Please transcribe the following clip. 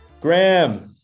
Graham